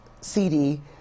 CD